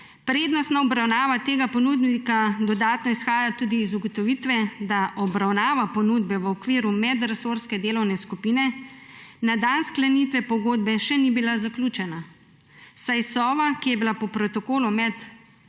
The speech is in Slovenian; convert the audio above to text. Prednostna obravnava tega ponudnika dodatno izhaja tudi iz ugotovitve, da obravnava ponudbe v okviru medresorske delovne skupine na dan sklenitve pogodbe še ni bila zaključena, saj Sova, ki je bila po protokolu medresorske delovne skupine